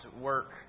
work